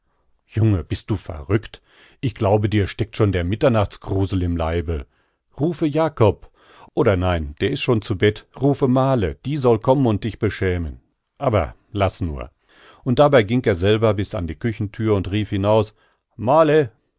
junge bist du verrückt ich glaube dir steckt schon der mitternachtsgrusel im leibe rufe jakob oder nein der is schon zu bett rufe male die soll kommen und dich beschämen aber laß nur und dabei ging er selber bis an die küchenthür und rief hinaus